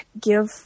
give